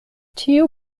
tiu